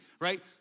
right